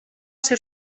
ser